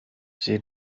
sie